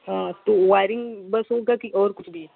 हाँ तो वायरिंग बस होगा कि और कुछ भी